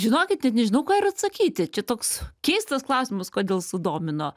žinokit net nežinau ką ir atsakyti čia toks keistas klausimas kodėl sudomino